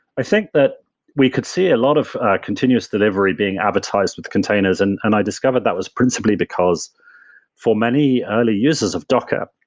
i think that we could see a lot of continuous delivery being advertised with containers and and i discovered that was principally because for many early uses of docker,